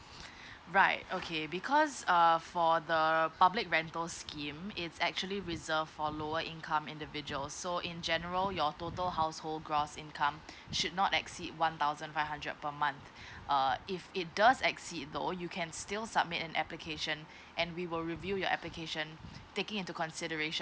right okay because err for the public rental scheme is actually reserved for lower income individual so in general your total household gross income should not exceed one thousand five hundred per month err if it does exceed though you can still submit an application and we will review your application taking into consideration